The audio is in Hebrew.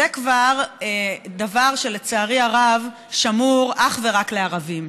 זה כבר דבר שלצערי הרב שמור אך ורק לערבים.